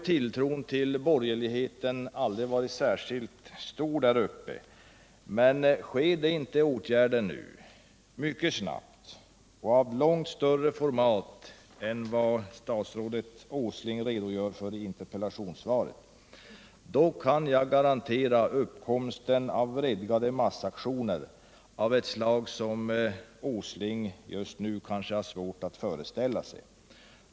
Tilltron till borgerligheten har aldrig varit särskilt stor där uppe, men om det inte vidtas åtgärder mycket snart och åtgärder av långt större format än vad statsrådet Åsling redogör för i interpellationssvaret kan jag garantera uppkomsten av vredgade massaktioner av ett slag som herr Åsling just nu kanske har svårt att föreställa sig.